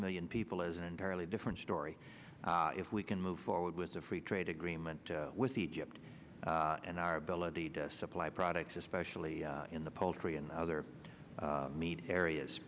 million people is an entirely different story if we can move forward with the free trade agreement with egypt and our ability to supply products especially in the poultry and other meat areas